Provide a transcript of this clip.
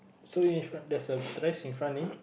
so in front there's a trash in front eh